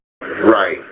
Right